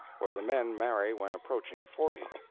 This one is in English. where the men marry when approaching forty.